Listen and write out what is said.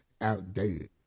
outdated